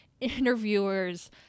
interviewers